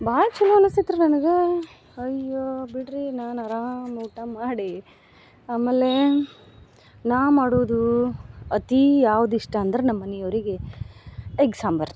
ಭಾಳ ಛಲೋ ಅನಸ್ತೈತ್ರಿ ನನಗೆ ಅಯ್ಯೋ ಬಿಡ್ರೀ ನಾನು ಆರಾಮ್ ಊಟ ಮಾಡಿ ಆಮೇಲೆ ನಾ ಮಾಡುದು ಅತಿ ಯಾವ್ದು ಇಷ್ಟ ಅಂದ್ರೆ ನಮ್ಮನಿಯವರಿಗೆ ಎಗ್ ಸಾಂಬರು